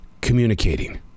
communicating